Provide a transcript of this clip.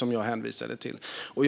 jag hänvisade till myter.